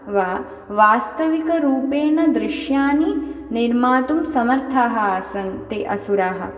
वा वास्तविकरूपेण दृश्यानि निर्मातुं समर्थाः आसन् ते असुराः